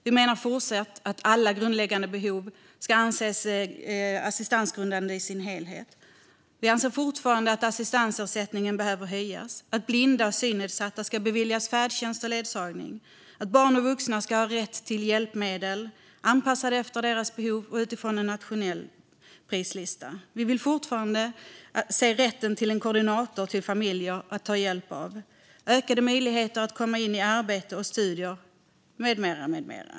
Vi menar fortsatt att alla grundläggande behov ska anses assistansgrundande i sin helhet, att assistansersättningen behöver höjas, att blinda och synnedsatta ska beviljas färdtjänst och ledsagning och att barn och vuxna ska ha rätt till hjälpmedel anpassade efter deras behov och utifrån en nationell prislista. Vi vill fortfarande se rätten till en koordinator som familjer kan ta hjälp av och ökade möjligheter att komma i arbete och studier med mera.